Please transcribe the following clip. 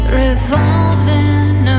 revolving